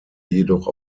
jedoch